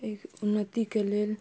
उन्नतिके लेल